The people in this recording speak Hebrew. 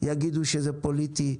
יגידו שזה פוליטי,